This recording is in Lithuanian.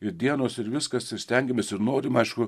ir dienos ir viskas ir stengiamės ir norim aišku